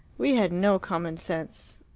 we had no common-sense.